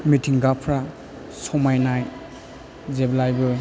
मिथिंगाफ्रा समायनाय जेब्लाबो